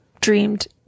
dreamed